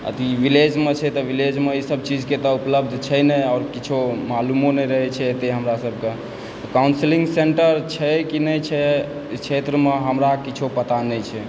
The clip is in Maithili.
अथी विलेजमऽ छै तऽ विलेजमऽ तऽ एहिसभ चीजके उपलब्ध छै नहि आओर किछु मालुमो नहि रहय छै हमरा सभके काउंसिलिंग सेंटर छै कि नहि छै ई क्षेत्रमे हमरा किछु पता नहि छै